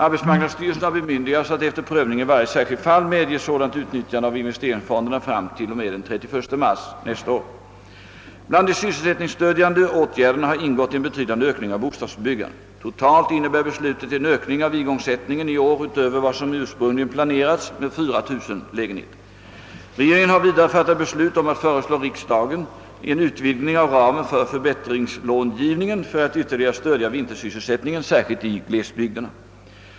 Arbetsmarknadsstyrelsen har bemyndigats att efter prövning i varje särskilt fall medge sådant utnyttjande av investeringsfonderna fram till och med den 31 mars 1968. Bland de sysselsättningsstödjande åtgärderna har ingått en betydande ökning av bostadsbyggandet. Totalt innebär besluten en ökning av igångsättningen i år utöver vad som ursprungligen planerats med 4000 lägenheter. Regeringen har vidare fattat beslut om att föreslå riksdagen en utvidgning av ramen för förbättringslångivningen för att ytterligare stödja vintersysselsättningen, särskilt i glesbygderna.